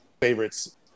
favorites